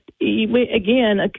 again